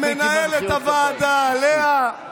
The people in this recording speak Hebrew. למנהלת הוועדה לאה,